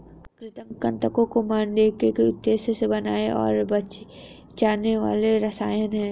कृंतक कृन्तकों को मारने के उद्देश्य से बनाए और बेचे जाने वाले रसायन हैं